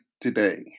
today